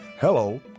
hello